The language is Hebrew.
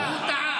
לא, לא, הוא טעה.